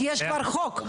כי יש כבר חוק.